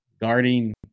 guarding